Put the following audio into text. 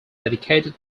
dedicated